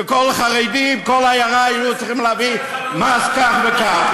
כשכל החרדים מכל עיירה היו צריכים להביא מס כך וכך,